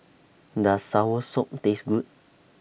Does Soursop Taste Good